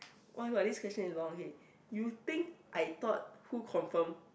oh !wah! this question is long okay you think I thought who confirm